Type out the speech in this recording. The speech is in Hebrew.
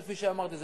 כפי שאמרתי,